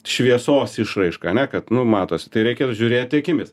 šviesos išraiška ane kad nu matosi tai reikia žiūrėti akimis